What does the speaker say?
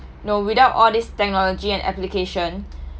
no without all this technology and application